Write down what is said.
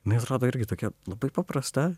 jinai atrodo irgi tokia labai paprasta